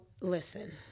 listen